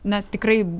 na tikrai